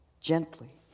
gently